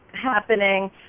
happening